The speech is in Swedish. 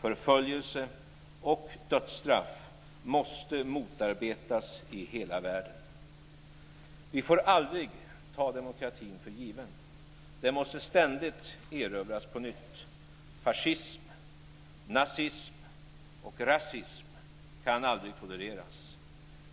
förföljelse och dödsstraff måste motarbetas i hela världen. Vi får aldrig ta demokratin för given. Den måste ständigt erövras på nytt. Fascism, nazism och rasism kan aldrig tolereras.